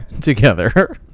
together